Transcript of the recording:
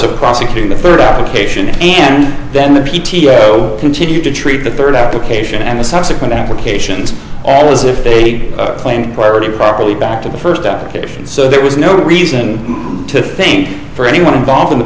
of prosecuting the third allocation and then the p t o continued to treat the third out occasion and the subsequent applications all as if they claimed clarity properly back to the first application so there was no reason to think for anyone involved in the